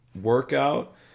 workout